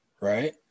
Right